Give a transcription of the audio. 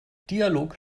dialog